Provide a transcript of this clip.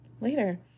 later